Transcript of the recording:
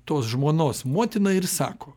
tos žmonos motina ir sako